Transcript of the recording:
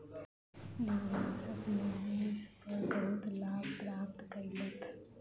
निवेशक निवेश पर बहुत लाभ प्राप्त केलैथ